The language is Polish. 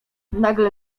nagle